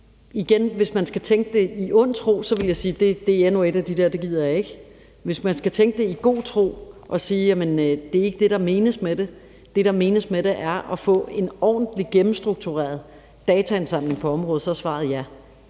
hvis man skal tænke det i ond tro, vil jeg sige, at det er endnu et af de der tiltag, og det gider jeg ikke. Hvis man skal tænke det i god tro og sige, at det ikke er det, der menes med det – det, der menes med det, er at få en ordentlig, gennemstruktureret dataindsamling på området – så er svaret ja.